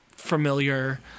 familiar